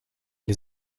les